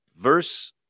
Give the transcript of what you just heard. Verse